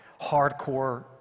hardcore